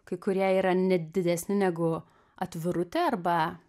kai kurie yra net didesni negu atvirutė arba